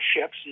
ships